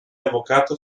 avvocato